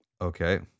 Okay